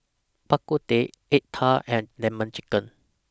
Bak Kut Teh Egg Tart and Lemon Chicken